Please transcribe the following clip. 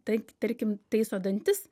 taip tarkim taiso dantis